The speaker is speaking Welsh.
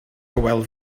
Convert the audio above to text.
hywel